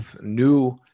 new